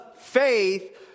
faith